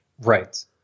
Right